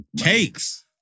Cakes